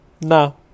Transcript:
no